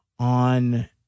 on